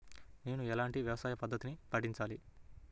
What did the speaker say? నేను ఎలాంటి వ్యవసాయ పద్ధతిని పాటించాలి?